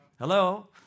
Hello